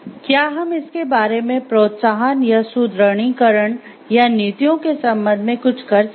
क्या हम इसके बारे में प्रोत्साहन या सुदृढ़ीकरण या नीतियों के संबंध में कुछ कर सकते हैं